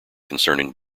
concerning